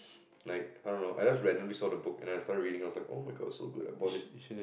like I don't know I just randomly saw the book and I started reading I was like oh my god so good I bought it